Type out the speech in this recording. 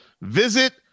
visit